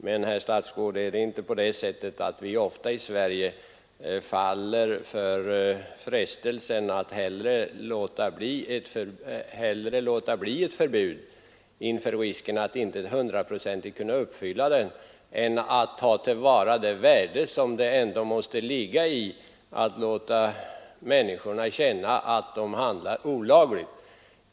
Men, herr statsråd, faller vi inte i Sverige ofta för frestelsen att låta bli ett förbud inför risken att inte hundraprocentigt kunna följa det i stället för att ta till vara det värde som ändå måste ligga i att människor fås att känna att de handlar olagligt?